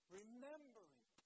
remembering